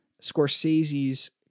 Scorsese's